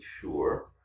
sure